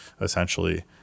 essentially